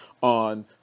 on